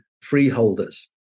freeholders